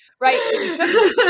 right